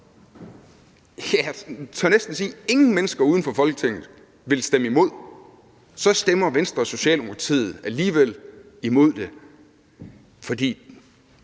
som jeg næsten tør sige at ingen mennesker uden for Folketinget vil stemme imod, så stemmer Venstre og Socialdemokratiet alligevel imod det, fordi